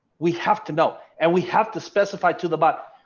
we have to know and we have to specify to the button.